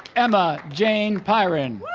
emma jane pyron